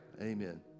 amen